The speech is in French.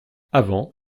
avant